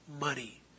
money